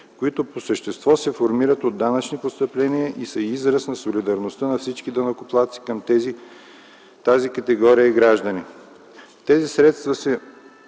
които по същество се формират от данъчни постъпления и са израз на солидарността на всички данъкоплатци към тази категория граждани. Тези средства се